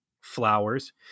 flowers